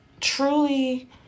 truly